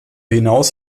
hinaus